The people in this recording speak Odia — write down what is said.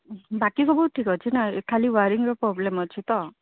ବାକି ସବୁ ଠିକ ଅଛି ନା ଖାଲି ୱାରିଙ୍ଗ୍ର ପ୍ରୋବ୍ଲେମ ଅଛି ତ